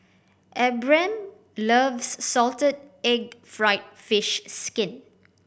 Abram loves salted egg fried fish skin